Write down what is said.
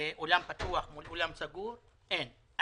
אולם פתוח מול אולם סגור אבל אין אבחנה כזאת.